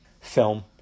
film